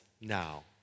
now